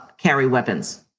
carry weapons.